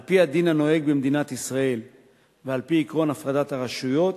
על-פי הדין הנוהג במדינת ישראל ועל-פי עקרון הפרדת הרשויות,